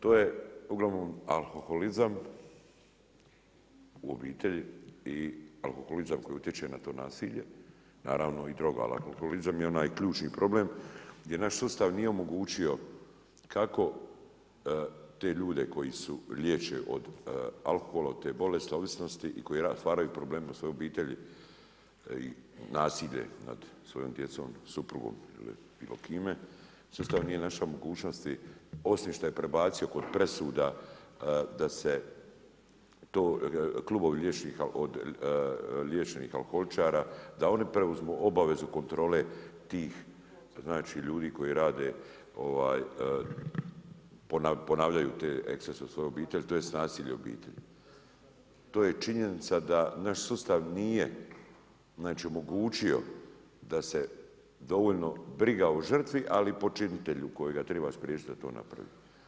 To je uglavnom alkoholizam, u obitelji i alkoholizam koji utječe na to nasilje, naravno i droga, ali alkoholizam je onaj ključni problem gdje naš sustav nije omogućio kako te ljude koji se liječe od alkohola od te bolesti, ovisnosti, i stvaraju problem u svojoj obitelji nasilje nad svojom djecom, suprugom ili bilo kime, sustav nije našao mogućnosti, osim što je prebacio kod presuda da se to klubovi liječenih alkoholičara, da oni preuzmu obavezu kontrole tih znači ljudi koji rade, ponavljaju ekscese u svojoj obitelji, tj. nasilje u obitelji. to je činjenica da naš sustav nije znači omogućio da se dovoljno briga o žrtvi ali i počinitelju kojega treba spriječiti da to napravi.